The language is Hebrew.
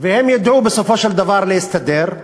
והם ידעו בסופו של דבר להסתדר,